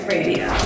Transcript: Radio